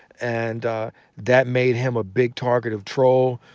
and that made him a big target of trolls,